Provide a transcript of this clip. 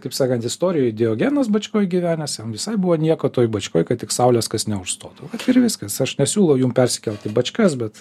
kaip sakant istorijoj diogenas bačkoj gyvenęs jam visai buvo nieko toj bačkoj kad tik saulės kas neužstotų ir viskas aš nesiūlau jum persikelt į bačkas bet